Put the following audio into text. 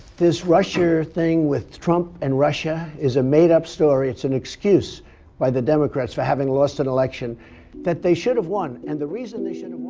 this russia thing with trump and russia is a made-up story. it's an excuse by the democrats for having lost an election that they should have won. and the reason they should have and won